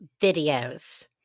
videos